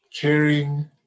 caring